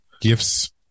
Gifts